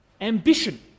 ambition